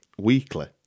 weekly